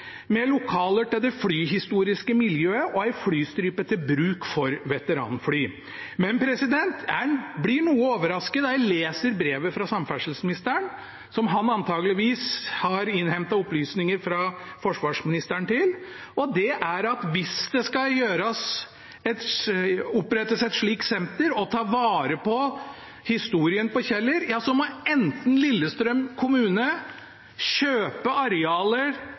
med lokaler til det flyhistoriske miljøet og en flystripe til bruk for veteranfly. Men jeg ble noe overrasket da jeg leste i brevet fra samferdselsministeren – som han antakeligvis har innhentet opplysninger til fra forsvarsministeren – at hvis det skal opprettes et slikt senter for å ta vare på historien på Kjeller, må enten Lillestrøm kommune kjøpe